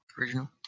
original